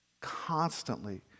Constantly